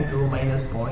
2 minus 0